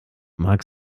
mag